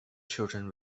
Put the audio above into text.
children